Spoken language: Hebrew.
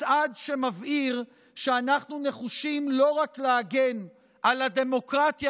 מצעד שמבהיר שאנחנו נחושים לא רק להגן על הדמוקרטיה